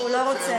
מלמעלה.